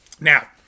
Now